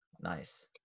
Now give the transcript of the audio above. Nice